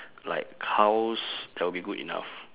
like house that'll be good enough